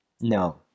No